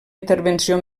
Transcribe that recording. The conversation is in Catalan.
intervenció